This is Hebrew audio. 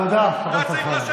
תודה, חבר הכנסת אמסלם.